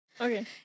Okay